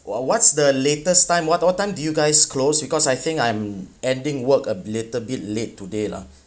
wha~ what's the latest time what what time do you guys close because I think I'm ending work a little bit late today lah